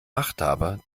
machthaber